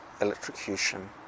electrocution